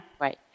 Right